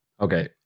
Okay